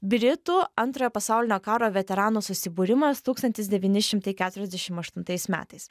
britų antrojo pasaulinio karo veteranų susibūrimas tūkstantis devyni šimtai keturiasdešim aštuntais metais